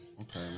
Okay